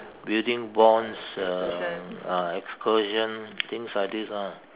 building bonds uh ah excursion things like this ah